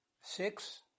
six